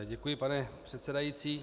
Děkuji, pane předsedající.